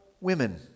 women